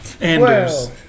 Anders